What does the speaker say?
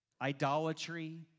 idolatry